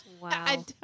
Wow